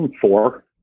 four